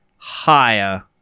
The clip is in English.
Higher